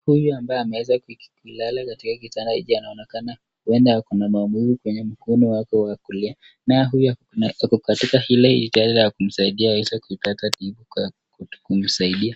Huyu ambaye ameweza kulala katika kitanda hiki anaonekana uenda ako na maumivu kwa mkono wake wa kulia. Naye huyu anaweza kukatika Ile ishara ya kumsaidia ili aweze kuikata .